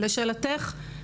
לשאלתך,